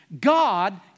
God